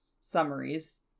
summaries